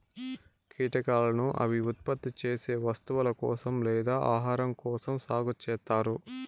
కీటకాలను అవి ఉత్పత్తి చేసే వస్తువుల కోసం లేదా ఆహారం కోసం సాగు చేత్తారు